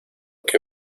que